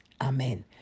Amen